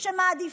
רגע,